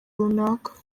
runaka